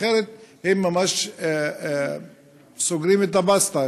אחרת הם ממש סוגרים את הבסטה,